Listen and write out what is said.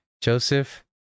Joseph